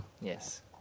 Yes